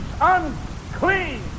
unclean